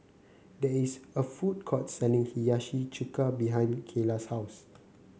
there is a food court selling Hiyashi Chuka behind Kaela's house